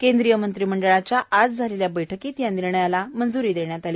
केंद्रीय मंत्रिमंडळाच्या आज झालेल्या बैठकीत या निर्णयाला मंजूरी देण्यात आली